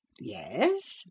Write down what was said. Yes